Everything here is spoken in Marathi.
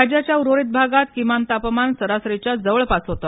राज्याच्या उर्वरित भागात किमान तापमान सरासरीच्या जवळपास होत